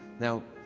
now,